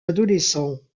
adolescents